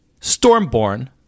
Stormborn